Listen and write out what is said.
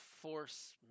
force